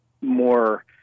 more